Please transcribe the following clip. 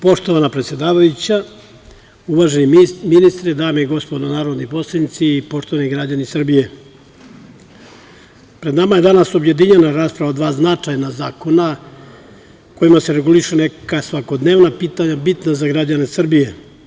Poštovana predsedavajuća, uvaženi ministre, dame i gospodo narodni poslanici, poštovani građani Srbije, pred nama je danas objedinjena rasprava dva značajna zakona kojima se regulišu neka svakodnevna pitanja bitna za građane Srbije.